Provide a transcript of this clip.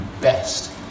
best